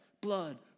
blood